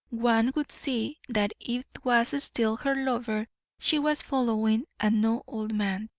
one would see that it was still her lover she was following and no old man,